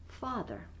father